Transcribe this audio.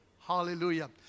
Hallelujah